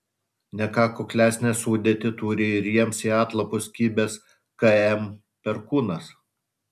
ne ką kuklesnę sudėtį turi ir jiems į atlapus kibęs km perkūnas